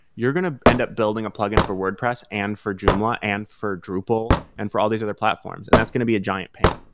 you're going to end up building a plug-in for wordpress and for joomla! and for drupal and for all these other platforms, and that's going to be a giant pain.